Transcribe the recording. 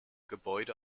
gebäude